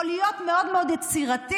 או להיות מאוד מאוד יצירתית